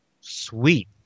Sweet